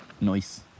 Nice